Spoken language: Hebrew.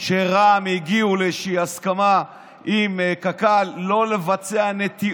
לפי הצעת החוק, שתי נקודות שאני רוצה להגדיר.